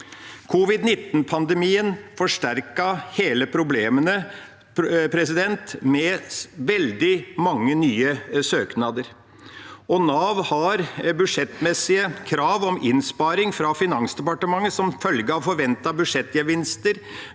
Covid-19-pandemien forsterket problemene med veldig mange nye søknader. Nav har budsjettmessige krav om innsparing fra Finansdepartementet som følge av forventede budsjettgevinster